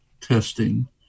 testing